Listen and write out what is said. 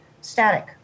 static